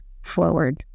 forward